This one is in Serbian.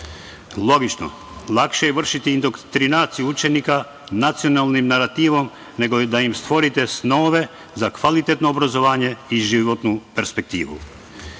svetu. Logično, lakše je vršiti indoktrinaciju učenika nacionalnim narativom nego da ima stvorite snove za kvalitetno obrazovanja i životnu perspektivu. Vi